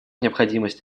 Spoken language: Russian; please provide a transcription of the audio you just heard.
необходимость